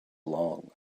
long